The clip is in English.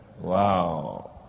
Wow